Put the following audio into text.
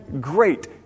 great